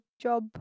job